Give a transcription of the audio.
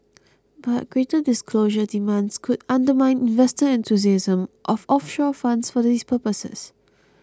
but greater disclosure demands could undermine investor enthusiasm of offshore funds for these purposes